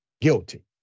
guilty